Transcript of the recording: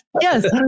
yes